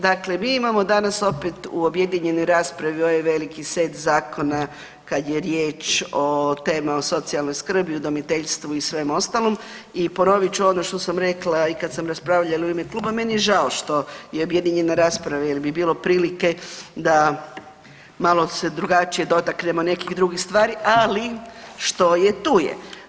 Dakle, mi imamo danas opet u objedinjenoj raspravi ovaj veliki set zakona kad je riječ o temi o socijalnoj skrbi, udomiteljstvu i svem ostalom i ponovit ću ono što sam rekla i kad sam raspravljala u ime kluba, meni je žao što je objedinjena rasprava jer bi bilo prilike da malo se drugačije dotaknemo nekih drugih stvari, ali što je tu je.